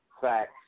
facts